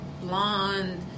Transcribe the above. blonde